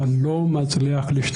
אבל אני לא מצליח להשתחרר.